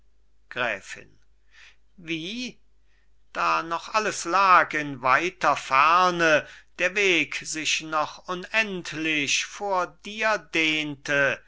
gräfin wie da noch alles lag in weiter ferne der weg sich noch unendlich vor dir dehnte